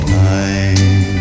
time